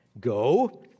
go